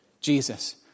Jesus